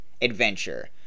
Adventure